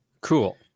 Cool